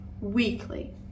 weekly